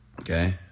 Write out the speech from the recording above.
Okay